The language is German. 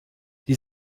die